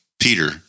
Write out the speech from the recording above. Peter